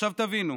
עכשיו תבינו,